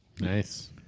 Nice